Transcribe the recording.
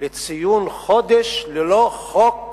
לציון חודש ללא חוק